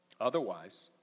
Otherwise